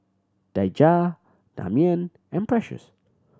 Daija Damian and Precious